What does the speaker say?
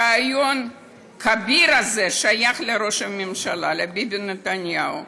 הרעיון הכביר הזה שייך לראש הממשלה ביבי נתניהו,